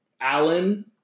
Allen